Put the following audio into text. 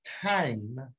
time